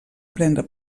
prendre